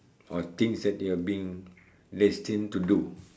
or things that you're being destined to do